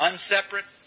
Unseparate